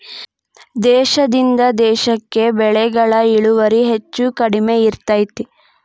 ದೇಶದಿಂದ ದೇಶಕ್ಕೆ ಬೆಳೆಗಳ ಇಳುವರಿ ಹೆಚ್ಚು ಕಡಿಮೆ ಇರ್ತೈತಿ